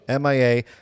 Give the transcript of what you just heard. MIA